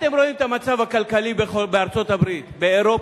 אתם רואים את המצב הכלכלי בארצות-הברית, באירופה.